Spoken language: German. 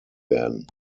werden